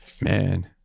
Man